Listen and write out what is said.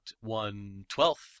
one-twelfth